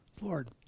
Lord